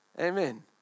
Amen